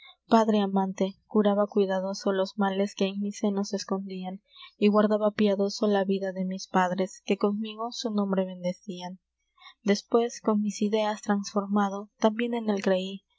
padre amante curaba cuidadoso los males que en mi seno se escondian y guardaba piadoso la vida de mis padres que conmigo su nombre bendecian despues con mis ideas trasformado tambien en él creí